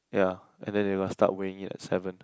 ya and then they must start weighing in at seven